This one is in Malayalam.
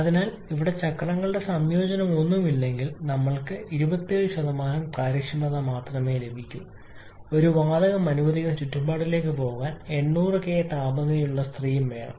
അതിനാൽ അവിടെയുണ്ട് ചക്രങ്ങളുടെ സംയോജനമൊന്നുമില്ലെങ്കിൽ ഞങ്ങൾക്ക് 27 കാര്യക്ഷമത മാത്രമേ ലഭിക്കൂ ഒരു വാതകം അനുവദിക്കുന്നു ചുറ്റുപാടിലേക്ക് പോകാൻ 800 കെ താപനിലയുള്ള സ്ട്രീം